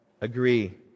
agree